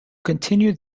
continued